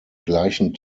gleichen